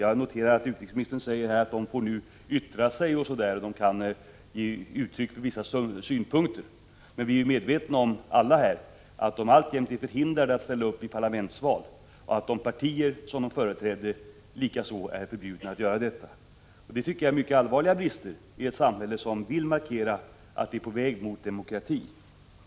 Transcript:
Jag noterar att utrikesministern säger att de nu får yttra sig och kan ge uttryck för vissa synpunkter, men vi är alla medvetna om att de alltjämt är förhindrade att ställa upp i parlamentsval och att likaså de partier som de företrädde är förbjudna att göra det. Detta tycker jag är mycket allvarliga brister i ett samhälle som vill markera att det är på väg mot demokrati.